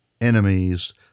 enemies